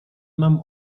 mam